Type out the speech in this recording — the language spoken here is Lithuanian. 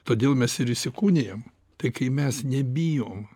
todėl mes ir įsikūnijam tai kai mes nebijom